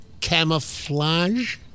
camouflage